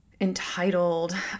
entitled